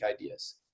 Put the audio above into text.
ideas